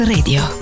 Radio